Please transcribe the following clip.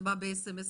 זה בא ב-SMS להורים.